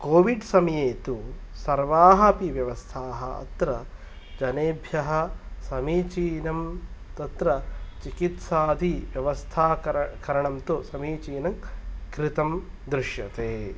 COVID समये तु सर्वाः अपि व्यवस्थाः अत्र जनेभ्यः समीचीनं तत्र चिकित्सादि व्यवस्थाकर करणं तु समीचीनं कृतं दृश्यते